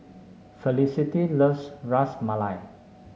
Felicity loves Ras Malai